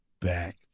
back